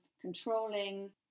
controlling